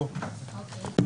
כן.